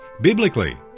biblically